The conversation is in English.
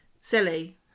silly